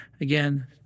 Again